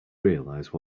realize